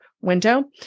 window